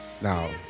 Now